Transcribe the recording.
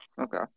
Okay